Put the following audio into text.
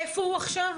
איפה הוא עכשיו?